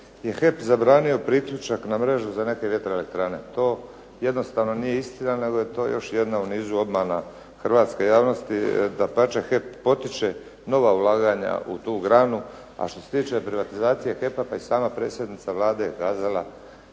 je HEP zabranio priključak na mrežu za neke vjetro elektrane. To jednostavno nije istina nego je to još jedna u nizu obmana hrvatske javnosti. Dapače, HEP potiče nova ulaganja u tu granu, a što se tiče privatizacije HEP-a pa i sama predsjednica Vlade je